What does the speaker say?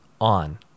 on